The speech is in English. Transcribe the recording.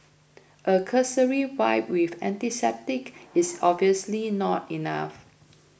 a cursory wipe with antiseptic is obviously not enough